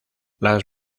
las